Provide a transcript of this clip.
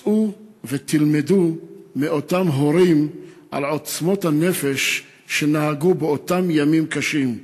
צאו ותלמדו מאותם הורים על עוצמות הנפש שנהגו באותם ימים קשים.